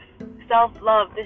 self-love